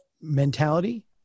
mentality